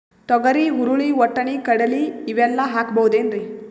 ತೊಗರಿ, ಹುರಳಿ, ವಟ್ಟಣಿ, ಕಡಲಿ ಇವೆಲ್ಲಾ ಹಾಕಬಹುದೇನ್ರಿ?